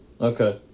Okay